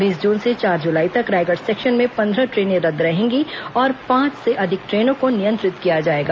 बीस जून से चार जुलाई तक रायगढ़ सेक्शन में पंद्रह ट्रेनें रद्द रहेंगी और पांच से अधिक ट्रेनों को नियंत्रित किया जाएगा